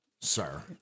Sir